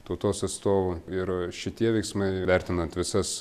tautos atstovų ir šitie veiksmai vertinant visas